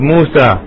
Musa